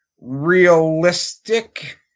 realistic